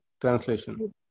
Translation